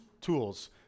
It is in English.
tools